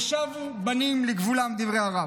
ושבו בנים לגבולם", דברי הרב.